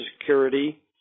Security